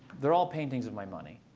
they're all paintings of my money.